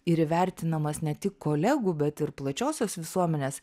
ir įvertinamas ne tik kolegų bet ir plačiosios visuomenės